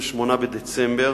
ב-28 בדצמבר.